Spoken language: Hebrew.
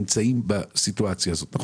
שהם נמצאים בסיטואציה הזאת ובסכומים האלה.